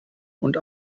und